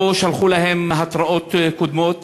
לא שלחו להם התראות קודמות,